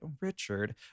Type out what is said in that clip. Richard